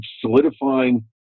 solidifying